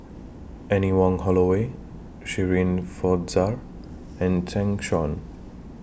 Anne Wong Holloway Shirin Fozdar and Zeng Shouyin